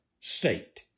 state